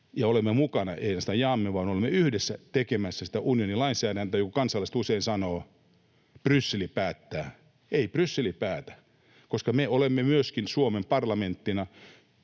olemme mukana — ei ainoastaan jaamme vaan olemme yhdessä — tekemässä sitä unionin lainsäädäntöä. Ja kun kansalaiset usein sanovat ”Bryssel päättää”, ei Bryssel päätä, koska me olemme myöskin Suomen parlamenttina